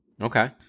Okay